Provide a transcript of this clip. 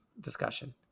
discussion